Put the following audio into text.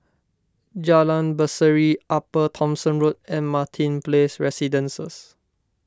Jalan Berseri Upper Thomson Road and Martin Place Residences